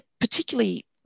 particularly